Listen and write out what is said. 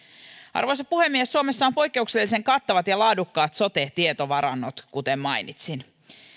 arvoisa puhemies suomessa on poikkeuksellisen kattavat ja laadukkaat sote tietovarannot kuten mainitsin